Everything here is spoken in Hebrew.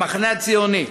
המחנה הציוני,